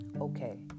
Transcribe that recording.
Okay